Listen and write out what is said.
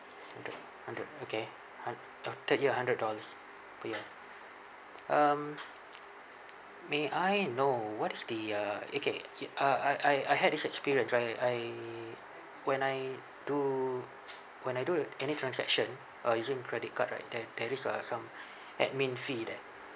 hundred hundred okay hun~ uh third year hundred dollars per year um may I know what is the uh okay uh I I I had this experience I I when I do when I do any transaction uh using credit right there there is uh some admin fee there